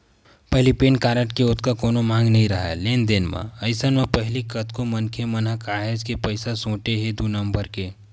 पहिली PAN card के ओतका कोनो मांग नइ राहय लेन देन म, अइसन म पहिली कतको मनखे मन ह काहेच के पइसा सोटे हे दू नंबर के